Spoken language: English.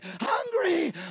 hungry